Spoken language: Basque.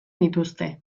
dituzte